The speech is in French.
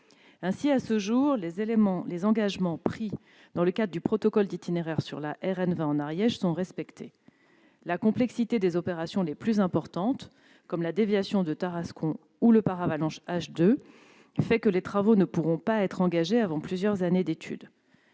Ainsi, à ce jour, les engagements pris dans le cadre du protocole d'itinéraire sur la RN 20 en Ariège sont respectés. La complexité des opérations les plus importantes, comme la déviation de Tarascon ou le paravalanche H2, fait que les travaux ne pourront pas être engagés avant plusieurs années d'études.